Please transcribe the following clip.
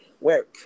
work